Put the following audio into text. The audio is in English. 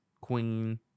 Queen